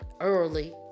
early